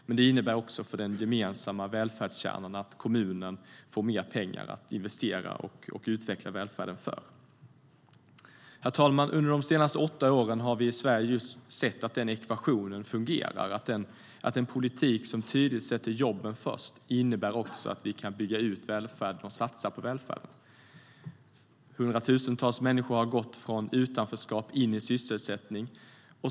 Men det innebär också för den gemensamma välfärdskärnan att kommunen får mer pengar att investera och utveckla välfärden för. Herr talman! Under de senaste åtta åren har vi i Sverige sett att den ekvationen fungerar. En politik som tydligt sätter jobben först innebär också att vi kan bygga ut välfärden och satsa på välfärden. Hundratusentals människor har gått från utanförskap in i sysselsättning.